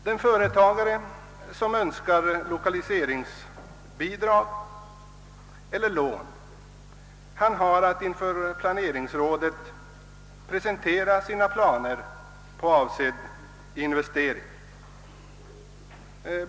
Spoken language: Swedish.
Den företagare som önskar lokaliseringsbidrag eller lån har att inför planeringsrådet presentera sina planer på avsedd investering.